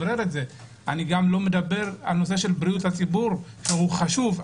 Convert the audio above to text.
אני גם לא מדבר על בריאות הציבור, שהוא נושא חשוב.